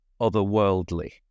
otherworldly